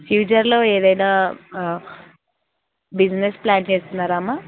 ఫ్యూచర్లో ఏదైనా business plan చేస్తున్నారామ్మా